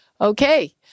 Okay